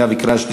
זה היה מעולה.